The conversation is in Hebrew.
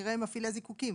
כנראה מפעילי זיקוקין,